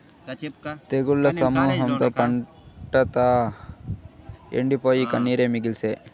తెగుళ్ల సమూహంతో పంటంతా ఎండిపోయి, కన్నీరే మిగిల్సే